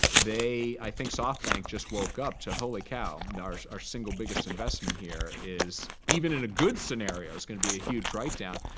i think softbank just woke up to, holy cow, our single biggest investment here is, even in a good scenario is going to be a huge write down.